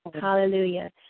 Hallelujah